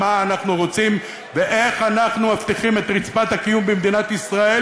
מה אנחנו רוצים ואיך אנחנו מבטיחים את רצפת הקיום במדינת ישראל,